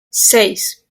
seis